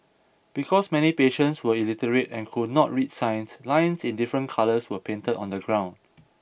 because many patients were illiterate and could not read signs lines in different colours were painted on the ground